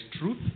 truth